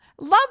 Love